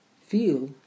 feel